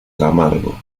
camargo